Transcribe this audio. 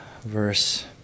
verse